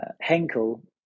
Henkel